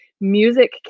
music